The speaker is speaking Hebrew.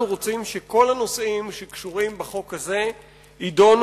רוצים שכל הנושאים שקשורים בחוק הזה יידונו